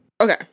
okay